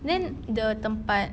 then the tempat